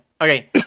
Okay